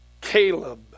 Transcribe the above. Caleb